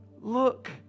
Look